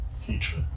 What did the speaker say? Future